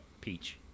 peach